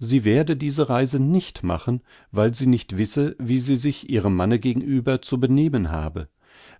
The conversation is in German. sie werde diese reise nicht machen weil sie nicht wisse wie sie sich ihrem manne gegenüber zu benehmen habe